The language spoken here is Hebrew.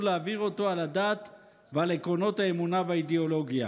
להעביר אותו על הדת ועל עקרונות האמונה והאידיאולוגיה.